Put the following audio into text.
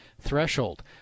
threshold